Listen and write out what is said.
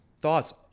thoughts